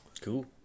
Cool